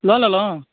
लए लेलहुँ